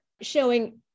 showing